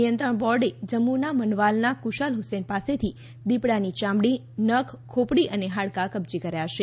નિયંત્રણ બોર્ડે જમ્મુના મનવાલના કુશાલ હુસૈન પાસેથી દીપડાની ચામડી નખ ખોપડી અને હાડકા કબજે કર્યા છે